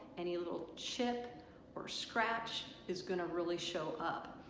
any little chip or scratch is going to really show up.